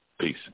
Peace